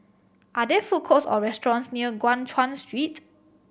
are there food courts or restaurants near Guan Chuan Street